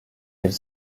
elle